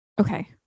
Okay